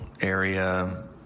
area